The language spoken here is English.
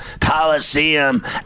Coliseum